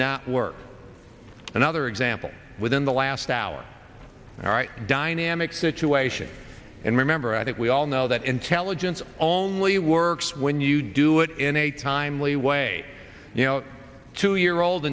not work another example within the last hour all right dynamic situation and remember i think we all know that intelligence only works when you do it in a timely way you know two year old